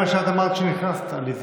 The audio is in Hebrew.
אגב, זה מה שאת אמרת כשנכנסת, עליזה.